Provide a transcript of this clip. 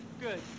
Good